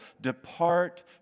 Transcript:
depart